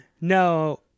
No